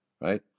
Right